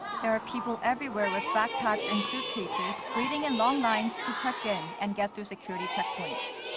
there are people everywhere with backpacks and suitcases waiting in long lines to check-in and get through security checkpoints.